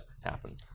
happen